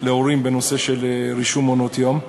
להורים בנושא של רישום למעונות-יום.